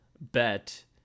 bet